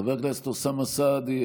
חבר הכנסת אוסאמה סעדי,